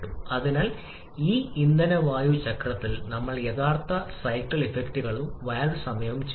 അതിനാൽ ഈ ഇന്ധന വായു ചക്രത്തിൽ നമ്മൾ യഥാർത്ഥ സൈക്കിൾ ഇഫക്റ്റുകളും വാൽവ് സമയവും ചേർക്കുന്നു